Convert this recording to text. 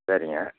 சரிங்க